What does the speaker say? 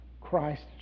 Christ